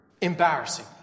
embarrassing